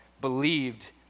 believed